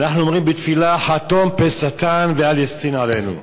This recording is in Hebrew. אנחנו אומרים בתפילה: "חתום פה שטן ואל ישטין עלינו",